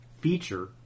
feature